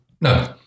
No